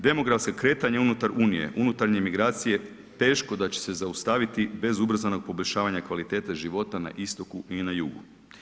Demografska kretanja unutar Unije, unutarnje migracije teško da će se zaustaviti bez ubrzanog poboljšavanja kvalitete života na istoku i na jugu.